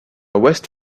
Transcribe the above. west